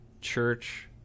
church